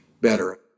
better